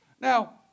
Now